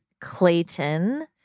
Clayton